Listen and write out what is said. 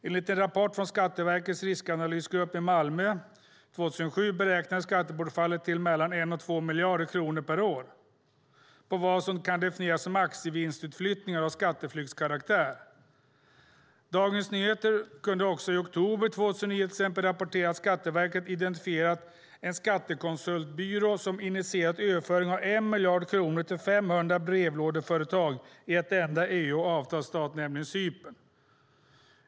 Enligt en rapport från Skatteverkets riskanalysgrupp i Malmö 2007 beräknades skattebortfallet till mellan 1 och 2 miljarder kronor per år på vad som kan definieras som aktievinstutflyttningar av skatteflyktskaraktär. Dagens Nyheter kunde i oktober 2009 rapportera att Skatteverket identifierat en skattekonsultbyrå som initierat överföring av 1 miljard kronor till 500 brevlådeföretag i en enda EU och avtalsstat, nämligen Cypern.